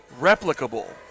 replicable